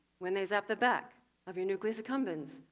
when they zap the back of your nucleus accumbens,